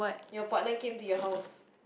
your partner came to your house